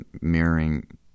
mirroring